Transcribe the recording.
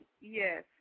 Yes